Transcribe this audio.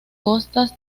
costas